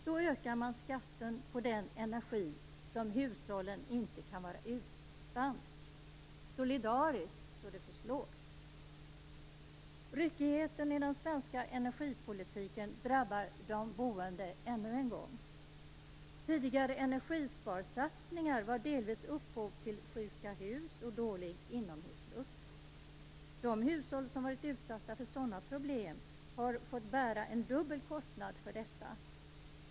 Då ökar man skatten på den energi som hushållen inte kan vara utan. Det är "solidariskt" så det förslår! Ryckigheten i den svenska energipolitiken drabbar det boende än en gång. Tidigare energisparsatsningar var delvis upphov till sjuka hus och dålig inomhusluft. De hushåll som varit utsatta för sådana problem har fått bära en dubbel kostnad för detta.